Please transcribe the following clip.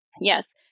yes